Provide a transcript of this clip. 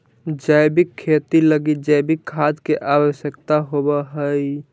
जैविक खेती लगी जैविक खाद के आवश्यकता होवऽ हइ